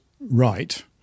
right